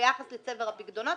ביחס לצבר הפיקדונות.